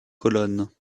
colonnes